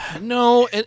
No